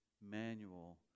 manual